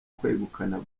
kwegukana